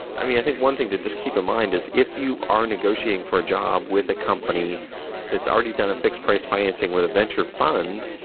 i think one thing to just keep in mind is if you are negotiating for a job with a company that's already done a fixed price financing with a venture fund,